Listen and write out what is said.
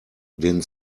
den